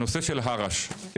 הנושא של ההסתדרות לרפואת שיניים,